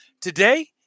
Today